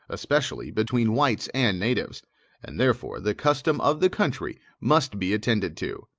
especially between whites and natives and therefore the custom of the country must be attended to.